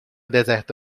deserto